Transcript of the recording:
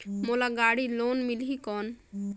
मोला गाड़ी लोन मिलही कौन?